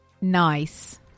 Nice